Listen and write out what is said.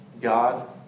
God